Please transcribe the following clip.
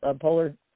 polar